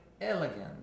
elegant